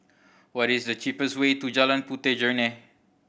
what is the cheapest way to Jalan Puteh Jerneh